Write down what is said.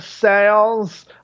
sales